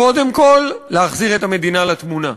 קודם כול, להחזיר את המדינה לתמונה.